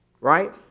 right